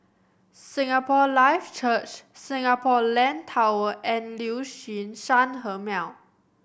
Singapore Life Church Singapore Land Tower and Liuxun Sanhemiao